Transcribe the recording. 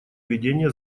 ведения